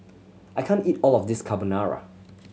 I can't eat all of this Carbonara